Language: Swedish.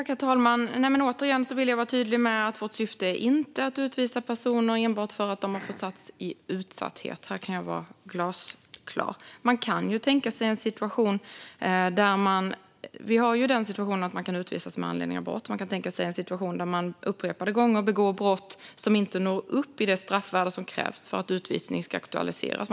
Herr talman! Återigen vill jag vara tydlig med att vårt syfte inte är att utvisa personer enbart för att de har försatts i utsatthet. Här kan jag vara glasklar. Vi har ju den situationen att någon kan utvisas med anledning av brott, och här kan man tänka sig en situation där någon upprepade gånger begår brott som inte når upp till det straffvärde som krävs för att utvisning ska aktualiseras.